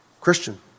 Christian